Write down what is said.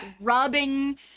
rubbing